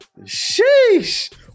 Sheesh